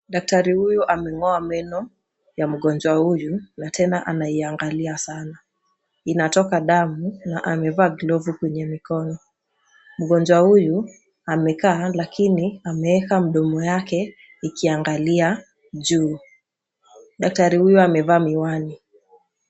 Daktari huyu ameng'oa meno ya mgonjwa huyu na tena anaiangalia sana, inatoka damu na amevaa glavu kwenye mikono. Mgonjwa huyu amekaa lakini ameeka mdomo yakeke ikiangalia juu. Daktari huyo amevaa miwani.